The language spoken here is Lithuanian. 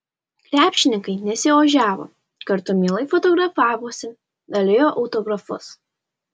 krepšininkai nesiožiavo kartu mielai fotografavosi dalijo autografus